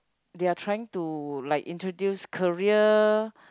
they are trying to like introduce career